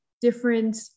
different